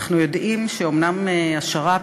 אנחנו יודעים שאומנם השר"פ,